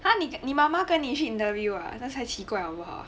!huh! 你你妈妈跟你去 interviewer ah then 才奇怪好不好